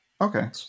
Okay